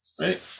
Right